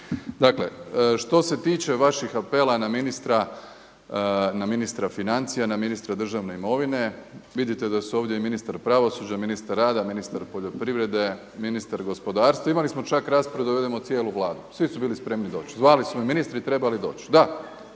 Dakle, što se tiče vaših apela na ministra financija, na ministra državne imovine vidite da su ovdje i ministar pravosuđa, ministar rada, ministar poljoprivrede, ministar gospodarstva. Imali smo čak raspravu da dovedemo cijelu Vladu, svi su bili spremni doći. Zvali su me ministri treba li doći.